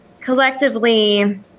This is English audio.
collectively